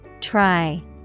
Try